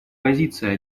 позиция